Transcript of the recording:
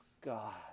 God